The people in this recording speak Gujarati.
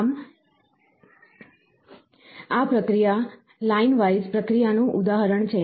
આમ આ પ્રક્રિયા લાઈન વાઈઝ પ્રક્રિયાનું ઉદાહરણ છે